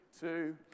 Two